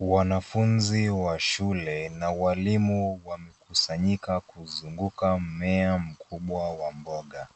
Wanafunzi wa shule na walimu wamekusanyika kuzunguka mmea mkubwa wa mboga.